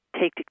take